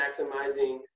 maximizing